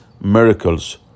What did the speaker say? miracles